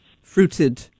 fruited